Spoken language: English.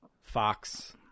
Fox